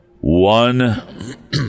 one